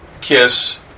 kiss